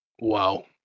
Wow